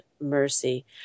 mercy